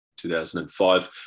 2005